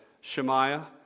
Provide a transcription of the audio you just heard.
Shemaiah